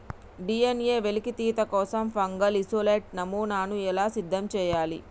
DNA వెలికితీత కోసం fungal isolate నమూనాను ఎలా సిద్ధం చెయ్యాలి?